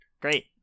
Great